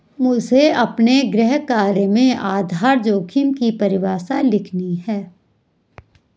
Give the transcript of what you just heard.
मुझे अपने गृह कार्य में आधार जोखिम की परिभाषा लिखनी है